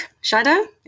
Shadow